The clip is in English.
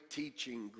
teaching